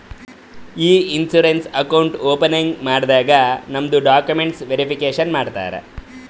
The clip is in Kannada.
ಇ ಇನ್ಸೂರೆನ್ಸ್ ಅಕೌಂಟ್ ಓಪನಿಂಗ್ ಮಾಡಾಗ್ ನಮ್ದು ಡಾಕ್ಯುಮೆಂಟ್ಸ್ ವೇರಿಫಿಕೇಷನ್ ಮಾಡ್ತಾರ